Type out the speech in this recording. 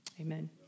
Amen